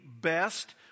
best